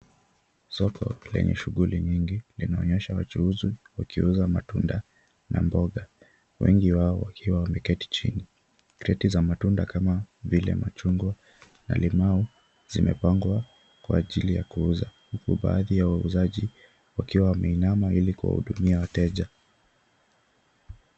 Soko lenye shughuli nyingi linaonyesha wachuuzi wakiuza matunda na mboga wengi wao wakiwa wameketi chini. Kreti za matunda kama vile machungwa na limau zimepangwa kwa ajili ya kuuza huku baadhi ya wauzaji wakiwa wameinama ili kuwahudumia wateja.